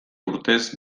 urtez